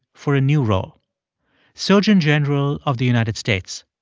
for a new role surgeon general of the united states.